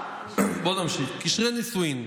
המשמעות, בוא נמשיך, קשרי נישואין.